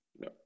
No